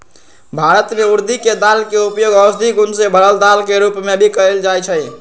भारत में उर्दी के दाल के उपयोग औषधि गुण से भरल दाल के रूप में भी कएल जाई छई